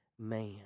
man